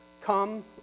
come